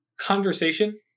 Conversation